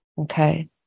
okay